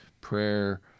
prayer